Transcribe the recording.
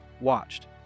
watched